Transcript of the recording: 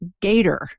Gator